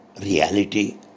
reality